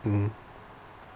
mmhmm